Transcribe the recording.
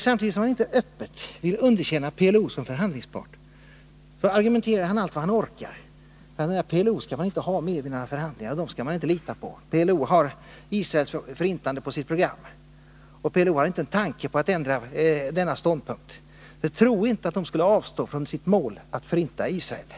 Samtidigt som han inte öppet vill underkänna PLO som förhandlingspart argumenterar han allt vad han orkar för att man inte skall ha med PLO i några förhandlingar — PLO skall man inte lita på, PLO har Israels förintande på sitt program, PLO har inte en tanke på att ändra denna ståndpunkt, tro inte att PLO skulle avstå från sitt mål att Nr 35 förinta Israel!